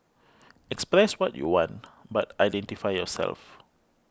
express what you want but identify yourself